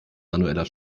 manueller